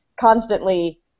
constantly